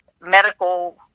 medical